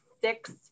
six